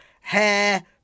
hair